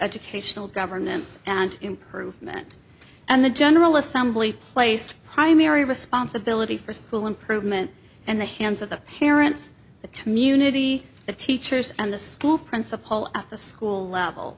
educational governance and improvement and the general assembly placed primary responsibility for school improvement in the hands of the parents the community the teachers and the school principal at the school level